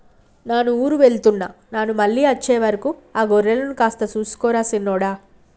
నాను ఊరు వెళ్తున్న నాను మళ్ళీ అచ్చే వరకు ఆ గొర్రెలను కాస్త సూసుకో రా సిన్నోడా